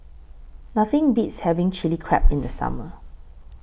Nothing Beats having Chilli Crab in The Summer